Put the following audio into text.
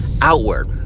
outward